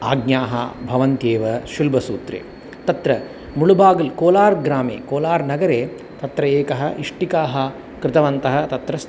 आज्ञाः भवन्तेव शुल्बसूत्रे तत्र मुळुबाग्ल् कोलार् ग्रामे कोलार् नगरे तत्र एताः इष्टिकाः कृतवन्तः तत्रस्थ